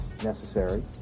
necessary